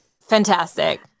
Fantastic